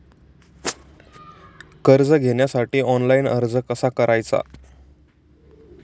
कर्ज घेण्यासाठी ऑनलाइन अर्ज कसा करायचा?